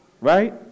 Right